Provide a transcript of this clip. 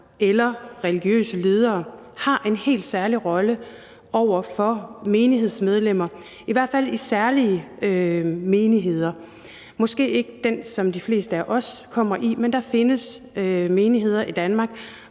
eller religiøse ledere har en helt særlig rolle i forhold til menighedsmedlemmer, i hvert fald i særlige menigheder, måske ikke den, som de fleste af os kommer i, men der findes menigheder i Danmark,